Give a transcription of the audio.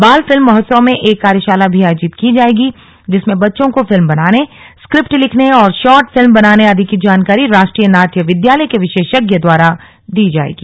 बाल फिल्म महोत्सव में एक कार्यशाला भी आयोजित की जाएगी जिसमें बच्चों को फिल्म बनाने स्क्रिप्ट लिखने और शॉर्ट फिल्म बनाने आदि की जानकारी राष्ट्रीय नाट्य विद्यालय के विशेषज्ञ द्वारा दी जाएगी